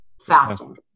fasting